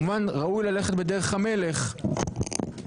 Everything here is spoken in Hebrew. ממה שאני מכיר שלמה קרעי עם מיכאל ביטון,